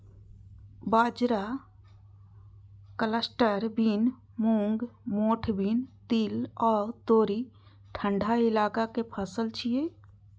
बाजरा, cluster bean, मूंग, मोठ बीन, तिल आ तोरी ठंढा इलाका के फसल छियै